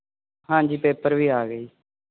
ਹਾਂਜੀ ਪੇਪਰ ਵੀ ਆ ਗਏ